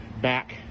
back